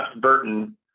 Burton